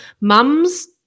mums